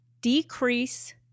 decrease